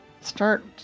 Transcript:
start